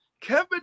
Kevin